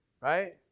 Right